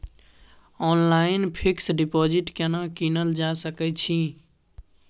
Online fix deposit केना कीनल जा सकै छी?